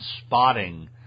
spotting